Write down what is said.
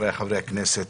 חבריי חברי הכנסת,